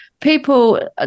People